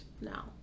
now